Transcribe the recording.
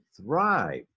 thrive